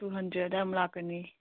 two hundred ꯑꯗꯨꯋꯥꯏꯃꯨꯛ ꯂꯥꯛꯀꯅꯤ